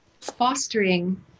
fostering